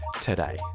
today